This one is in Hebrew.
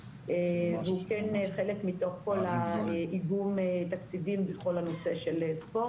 והוא כן חלק מתוך כל איגום התקציבים בכל הנושא של ספורט,